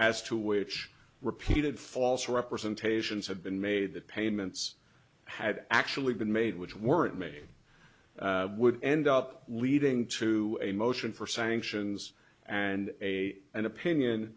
as to which repeated false representations had been made that payments had actually been made which weren't made would end up leading to a motion for sanctions and a an opinion